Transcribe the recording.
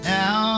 Now